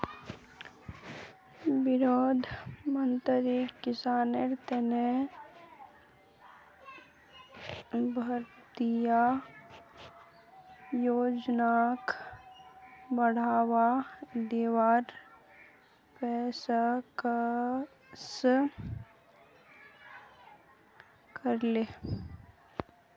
वित्त मंत्रीक किसानेर तने भारतीय योजनाक बढ़ावा दीवार पेशकस करले